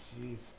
jeez